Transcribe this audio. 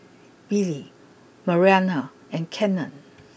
Billie Mariana and Kellen